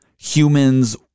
humans